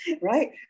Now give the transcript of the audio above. right